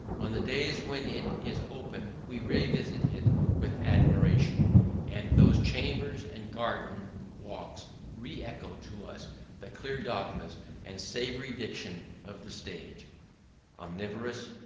on the days when it is open we revisit it with admiration and those chambers and garden walks re-echo to us the clear dogmas and savoury diction of the sage omnivorous,